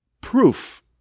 proof